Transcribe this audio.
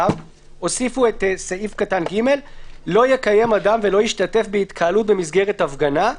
הוסיפו את סעיף קטן (ג): לא יקיים אדם ולא ישתתף בהתקהלות במסגרת הפגנה,